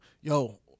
Yo